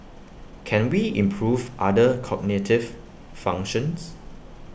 can we improve other cognitive functions